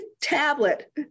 tablet